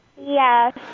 Yes